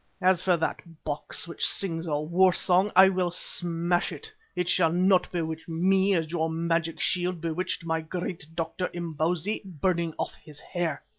as for that box which sings a war-song, i will smash it it shall not bewitch me as your magic shield bewitched my great doctor, imbozwi, burning off his hair.